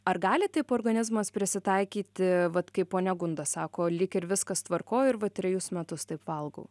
ar gali taip organizmas prisitaikyti vat kaip ponia gunda sako lyg ir viskas tvarkoj ir va trejus metus taip valgau